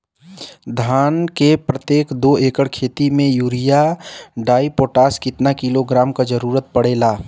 धान के प्रत्येक दो एकड़ खेत मे यूरिया डाईपोटाष कितना किलोग्राम क जरूरत पड़ेला?